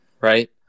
right